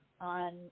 on